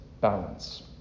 balance